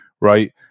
right